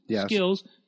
skills